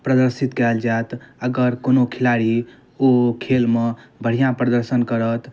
प्रदर्शित कएल जाएत अगर कोनो खेलाड़ी ओहि खेलमे बढ़िआँ प्रदर्शन करत